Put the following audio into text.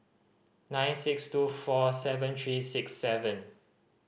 nine six two four seven three six seven